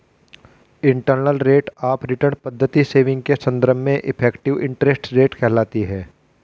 internal rate of return पद्धति saving के संदर्भ में इफेक्टिव इंटरेस्ट रेट कहलाती है